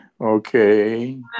Okay